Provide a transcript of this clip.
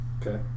Okay